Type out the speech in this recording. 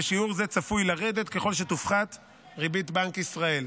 ושיעור זה צפוי לרדת ככל שתופחת ריבית בנק ישראל.